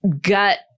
gut